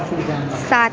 सात